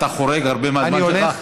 אתה חורג הרבה מהזמן שלך.